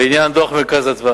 בעניין דוח "מרכז אדוה",